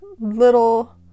little